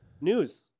News